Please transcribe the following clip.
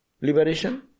liberation